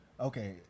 Okay